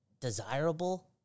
desirable